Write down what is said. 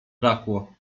brakło